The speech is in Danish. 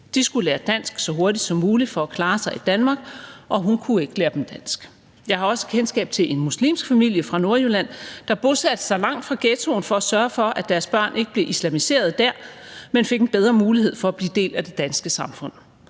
De skulle lære dansk så hurtigt som muligt for at klare sig i Danmark, og hun kunne ikke lære dem dansk. Jeg har også kendskab til en muslimsk familie fra Nordjylland, der bosatte sig langt fra ghettoen for at sørge for, at deres børn ikke blev islamiseret dér, men fik en bedre mulighed for at blive en del af det danske samfund.